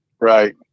Right